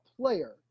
player